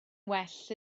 well